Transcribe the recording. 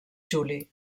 juli